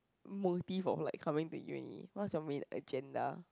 motive of like coming to uni what's your main agenda